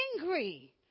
angry